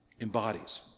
embodies